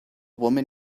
woman